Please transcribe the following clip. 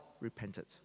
repented